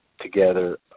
together